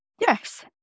yes